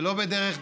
שלא בדרך דמוקרטית,